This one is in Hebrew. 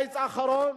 בקיץ האחרון,